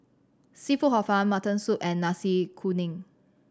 seafood Hor Fun mutton soup and Nasi Kuning